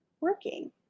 working